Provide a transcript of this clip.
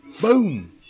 Boom